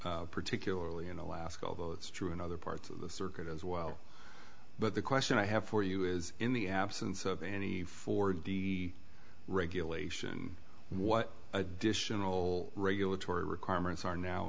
particularly in alaska although it's true in other parts of the circuit as well but the question i have for you is in the absence of any forward the regulation and what additional regulatory requirements are now